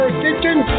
kitchen